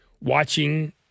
watching